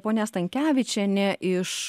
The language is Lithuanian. ponia stankevičienė iš